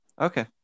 okay